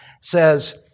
says